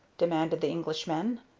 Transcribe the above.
demanded the englishman.